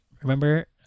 remember